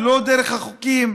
ולא דרך החוקים.